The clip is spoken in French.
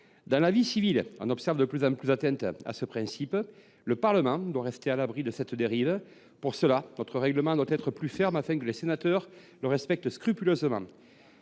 Dans la vie civile, on observe de plus en plus d’atteintes à la laïcité. Le Parlement doit rester à l’abri de cette dérive. Aussi notre règlement doit il être plus ferme, afin que les sénateurs respectent scrupuleusement